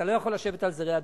אתה לא יכול לנוח על זרי הדפנה.